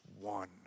one